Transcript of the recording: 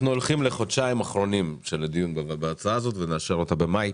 אנחנו הולכים לחודשים אחרונים של הדיון בהצעה הזאת ונאשר אותה במאי.